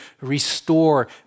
restore